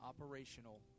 operational